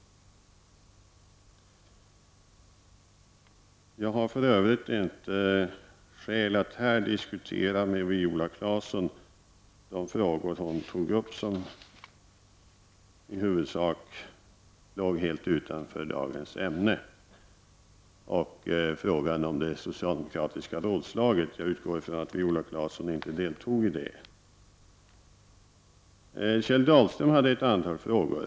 Jag har för övrigt inte anledning att här med Viola Claesson diskutera de frågor som hon tog upp och som i huvudsak låg helt utanför dagens ämne och frågan om det socialdemokratiska rådslaget. Jag utgår från att Viola Claesson inte deltog i detta. Kjell Dahlström ställde ett antal frågor.